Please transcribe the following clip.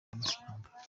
amusanga